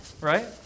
right